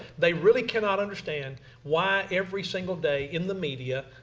they really cannot understand why every single day in the media,